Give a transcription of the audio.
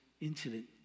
incident